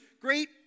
great